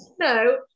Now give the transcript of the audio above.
No